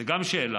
זו גם שאלה